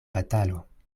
batalo